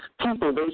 people